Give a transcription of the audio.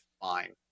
fine